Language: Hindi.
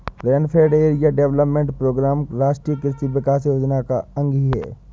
रेनफेड एरिया डेवलपमेंट प्रोग्राम राष्ट्रीय कृषि विकास योजना का अंग ही है